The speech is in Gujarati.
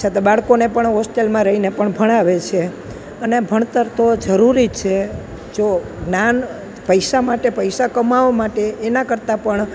છતાં બાળકોને પણ હોસ્ટેલમાં રહીને પણ ભણાવે છે અને ભણતર તો જરૂરી જ છે જો જ્ઞાન પૈસા માટે પૈસા કમાવવા માટે એના કરતાં પણ